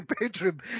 bedroom